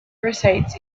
recites